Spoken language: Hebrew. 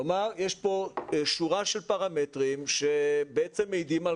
כלומר יש פה שורה של פרמטרים שמעידים על